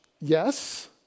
Yes